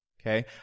Okay